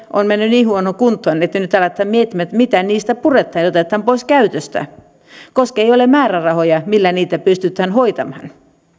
ovat menneet niin huonoon kuntoon että nyt aletaan miettimään mitä niistä puretaan ja otetaan pois käytöstä koska ei ole määrärahoja millä niitä pystytään hoitamaan